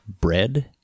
bread